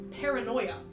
paranoia